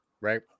right